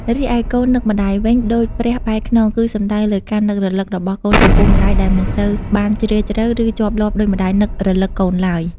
រីឯ "កូននឹកម្ដាយវិញដូចព្រះបែរខ្នង" គឺសំដៅលើការនឹករលឹករបស់កូនចំពោះម្ដាយ ដែលមិនសូវបានជ្រាលជ្រៅ ឬជាប់លាប់ដូចម្ដាយនឹករលឹកកូនឡើយ។